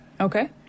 okay